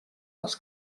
les